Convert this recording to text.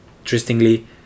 Interestingly